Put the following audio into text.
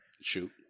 Shoot